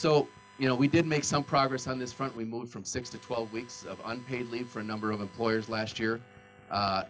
so you know we did make some progress on this front we moved from six to twelve weeks of unpaid leave for a number of employers last year